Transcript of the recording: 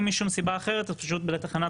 אם משום סיבה אחרת אז זה פשוט כי לתחנת